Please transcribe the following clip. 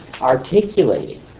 articulating